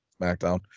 SmackDown